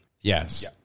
Yes